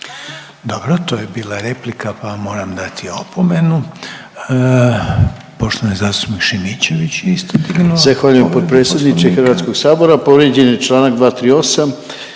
Dobro, to je bila replika pa moram dati opomenu. Poštovani zastupnik Šimičević je isto